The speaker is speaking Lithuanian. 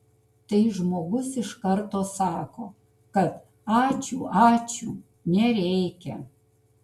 tai žmogus iš karto sako kad ačiū ačiū nereikia